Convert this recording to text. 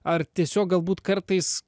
ar tiesiog galbūt kartais